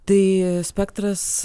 tai spektras